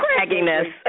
cragginess